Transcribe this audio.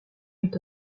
est